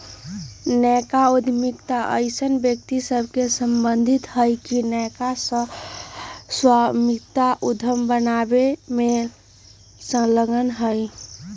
नयका उद्यमिता अइसन्न व्यक्ति सभसे सम्बंधित हइ के नयका सह स्वामित्व उद्यम बनाबे में संलग्न हइ